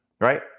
right